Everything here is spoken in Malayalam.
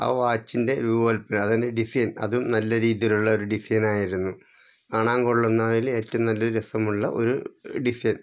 ആ വാച്ചിൻ്റെ രൂപകൽപ്പന അതായത് ഡിസൈൻ അതും നല്ല രീതിയിലുള്ള ഒരു ഡിസൈനായിരുന്നു കാണാൻ കൊള്ളുന്നതിൽ ഏറ്റവും നല്ല രസമുള്ള ഒരു ഡിസൈൻ